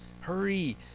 Hurry